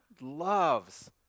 loves